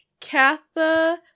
Katha